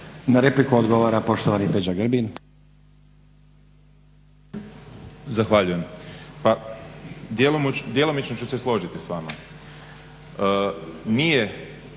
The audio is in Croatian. Na repliku odgovara poštovani Peđa Grbin.